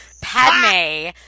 Padme